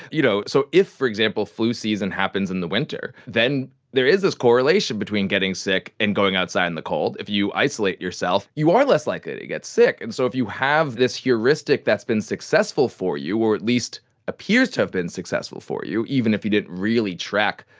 you know so if, for example, flu season happens in the winter, then there is this correlation between getting sick and going outside in the cold, if you isolate yourself you are less likely to get sick. and so if you have this heuristic that has been successful for you or at least appears to have been successful for you, even if you didn't really track,